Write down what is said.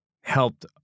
helped